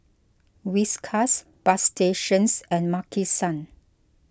Whiskas Bagstationz and Maki San